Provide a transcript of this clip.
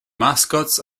mascots